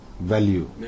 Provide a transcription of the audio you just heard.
value